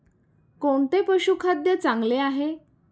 कोणते पशुखाद्य चांगले आहे?